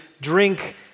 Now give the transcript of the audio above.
drink